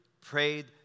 prayed